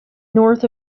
north